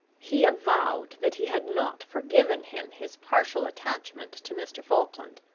he avowed that he had not forgiven him his partial attachment to mr. falkland,